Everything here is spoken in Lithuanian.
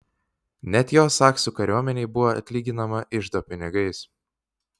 net jo saksų kariuomenei buvo atlyginama iždo pinigais